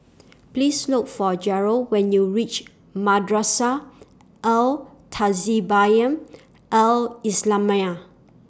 Please Look For Garold when YOU REACH Madrasah Al Tahzibiah Al Islamiah